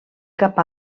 cap